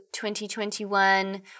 2021